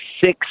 six